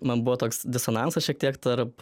man buvo toks disonansas šiek tiek tarp